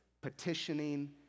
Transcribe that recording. petitioning